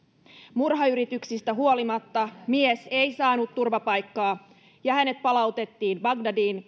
murhayrityksistä huolimatta mies ei saanut turvapaikkaa ja hänet palautettiin bagdadiin